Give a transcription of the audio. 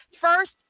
first